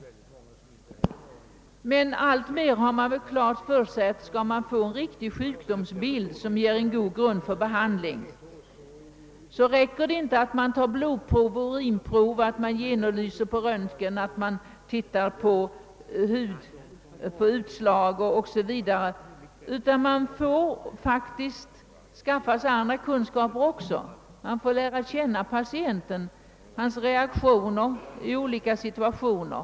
Om läkaren skall få fram en riktig sjukdomsbild som ger god grund för behandling, räcker det inte med att han tar blodprov, urinprov, genomlyser med röntgen, tittar på hudutslag o. s. v. Han måste faktiskt även skaffa sig andra kunskaper. Läkaren måste lära känna patienten, hans reaktion i olika situationer.